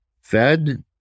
fed